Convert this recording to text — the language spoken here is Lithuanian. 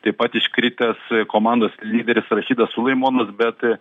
taip pat iškritęs komandos lyderis rašidas sulimonas bet